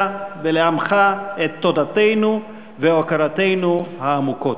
ולעמך את תודתנו והוקרתנו העמוקות.